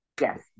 Yes